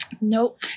Nope